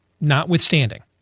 notwithstanding